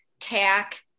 Tack